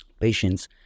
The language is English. patients